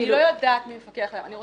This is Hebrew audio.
אני לא יודעת מי מפקח עליהן.